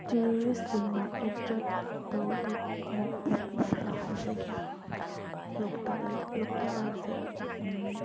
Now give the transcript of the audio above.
ꯇꯨꯔꯤꯁꯁꯤꯡꯅ ꯑꯦꯇ꯭ꯔꯦꯛ ꯇꯧꯒꯗꯧꯕ ꯃꯐꯝ ꯑꯩ ꯈꯔ ꯍꯥꯏꯖꯒꯦ ꯂꯣꯛꯇꯥꯛ ꯂꯦꯛ ꯂꯣꯛꯇꯥꯛ ꯂꯦꯛꯁꯦ